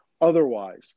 Otherwise